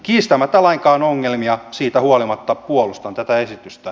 kiistämättä lainkaan ongelmia niistä huolimatta puolustan tätä esitystä